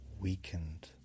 weakened